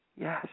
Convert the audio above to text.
Yes